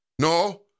No